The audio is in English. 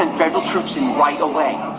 ah federal troops in right away.